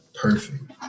perfect